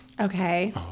Okay